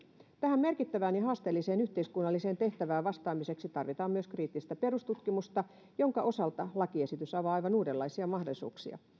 tähän merkittävään ja haasteelliseen yhteiskunnalliseen tehtävään vastaamiseksi tarvitaan myös kriittistä perustutkimusta jonka osalta lakiesitys avaa aivan uudenlaisia mahdollisuuksia